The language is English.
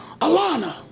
Alana